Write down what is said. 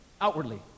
outwardly